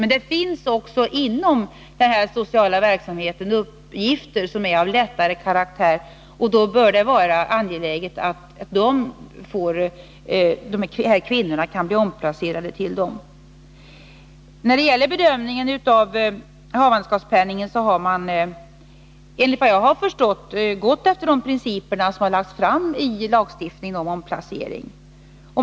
Men det finns inom denna sociala verksamhet också uppgifter som är av lättare karaktär, och det bör vara angeläget att gravida kvinnor kan bli omplacerade till dessa arbeten. Vid bedömningen av havandeskapspenningen har man, enligt vad jag har förstått, gått efter de principer om omplacering som lagts fram i lagstiftningen.